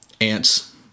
Ants